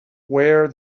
where